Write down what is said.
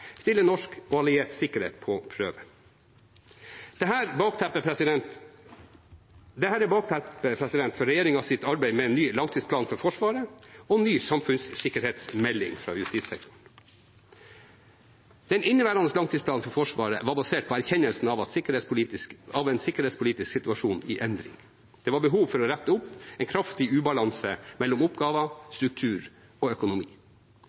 stiller norsk og alliert sikkerhet på prøve. Dette er bakteppet for regjeringens arbeid med ny langtidsplan for Forsvaret og ny samfunnssikkerhetsmelding for justissektoren. Den inneværende langtidsplanen for Forsvaret var basert på erkjennelsen av en sikkerhetspolitisk situasjon i endring. Det var behov for å rette opp en kraftig ubalanse mellom oppgaver, struktur og økonomi.